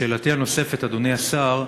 שאלתי הנוספת, אדוני השר: